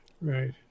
right